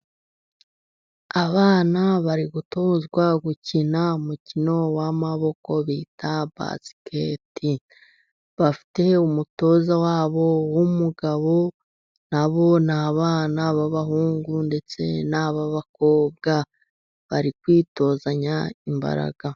Abana bari gutozwa gukina umukino w'amaboko bita basikete, bafite umutoza wabo w'umugabo na bo ni abana b'abahungu ndetse n'abakobwa, bari kwitozanya imbaraga.